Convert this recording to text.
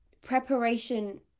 preparation